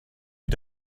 you